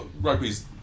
rugby's